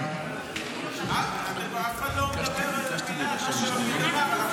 אף אחד לא מדבר מילה על מה שלפיד אמר,